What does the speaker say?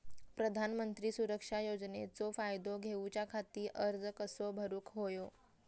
प्रधानमंत्री सुरक्षा योजनेचो फायदो घेऊच्या खाती अर्ज कसो भरुक होयो?